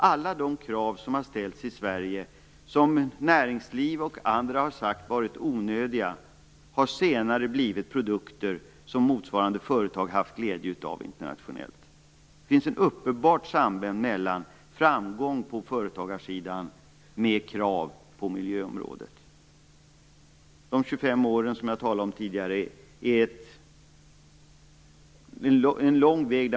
Alla de krav som har ställts i Sverige, som näringsliv och andra har sagt är onödiga, har sedan lett till produkter som motsvarande företag har haft glädje av internationellt. Det finns ett uppenbart samband mellan framgång på företagarsidan och krav på miljöområdet. Under de 25 år som jag talade om tidigare har vi gått en lång väg.